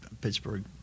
Pittsburgh